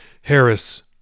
Harris